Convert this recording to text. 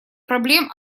проблем